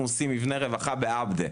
ואנחנו עושים מבנה רווחה בעבדה,